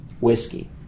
whiskey